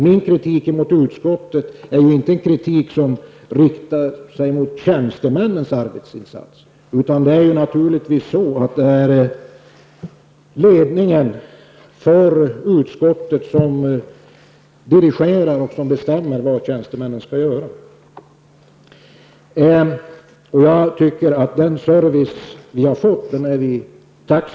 Min kritik riktar sig inte mot tjänstemännen i utskottet, utan det är naturligtvis utskottsledningen som dirigerar och bestämmer vad tjänstemännen skall göra. Vi är tacksamma för den service som vi har fått.